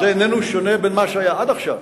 זה איננו שונה ממה שהיה עד עכשיו,